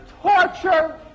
torture